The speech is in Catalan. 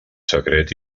secret